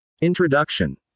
Introduction